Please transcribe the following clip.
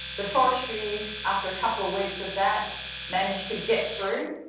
the forestry after a couple of weeks of that managed to get through.